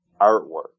artwork